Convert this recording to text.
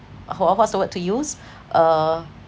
wha~ what's the word to use uh